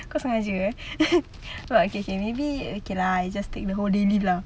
kau sengaja eh but okay okay maybe okay lah I just take the whole day leave lah